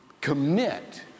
commit